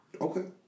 okay